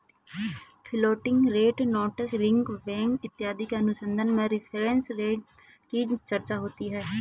floating rate notes ring swap इत्यादि के अनुबंध में रेफरेंस रेट की चर्चा होती है